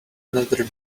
another